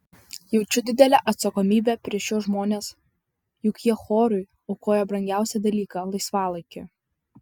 jaučiu didelę atsakomybę prieš šiuos žmones juk jie chorui aukoja brangiausią dalyką laisvalaikį